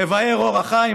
מבאר אור החיים,